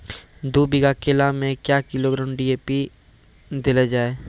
दू बीघा केला मैं क्या किलोग्राम डी.ए.पी देले जाय?